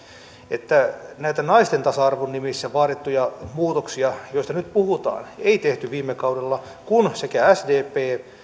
että näitä naisten tasa arvon nimissä vaadittuja muutoksia joista nyt puhutaan ei tehty viime kaudella kun sekä sdp